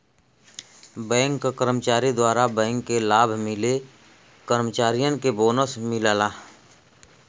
bank क कर्मचारी द्वारा बैंक के लाभ मिले कर्मचारियन के बोनस मिलला